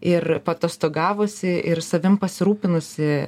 ir paatostogavusi ir savim pasirūpinusi